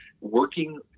working